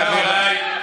תודה רבה.